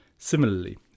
Similarly